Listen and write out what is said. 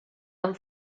amb